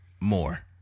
more